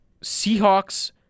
Seahawks